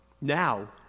Now